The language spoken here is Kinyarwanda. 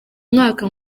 mwaka